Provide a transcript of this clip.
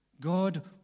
God